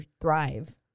thrive